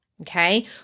Okay